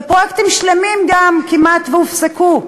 ופרויקטים שלמים גם כמעט הופסקו.